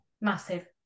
Massive